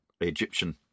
Egyptian